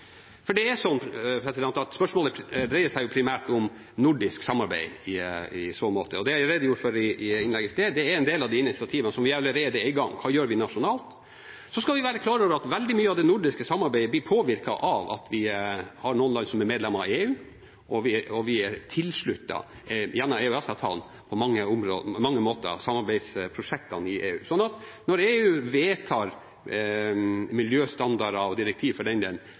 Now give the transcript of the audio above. Spørsmålet dreier seg primært om nordisk samarbeid i så måte, og det jeg redegjorde for i innlegget i stad, er en del av initiativene som allerede er i gang – hva vi gjør nasjonalt. Så skal vi være klar over at veldig mye av det nordiske samarbeidet blir påvirket av at vi har noen land som er medlem av EU, og gjennom EØS-avtalen er vi på mange måter tilsluttet samarbeidsprosjektene i EU. Når EU vedtar miljøstandarder og